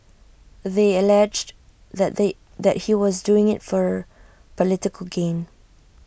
they alleged that they that he was doing IT for political gain